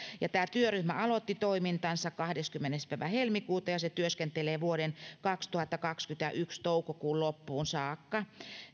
ja tämä työryhmä aloitti toimintansa kahdeskymmenes päivä helmikuuta ja se työskentelee vuoden kaksituhattakaksikymmentäyksi toukokuun loppuun saakka